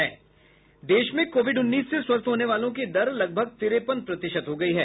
देश में कोविड उन्नीस से स्वस्थ होने वालों की दर लगभग तिरेपन प्रतिशत हो गई है